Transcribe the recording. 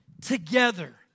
together